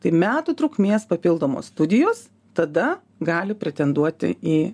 tai metų trukmės papildomos studijos tada gali pretenduoti į